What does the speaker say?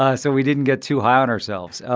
ah so we didn't get too high on ourselves.